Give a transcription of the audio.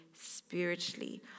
spiritually